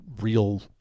real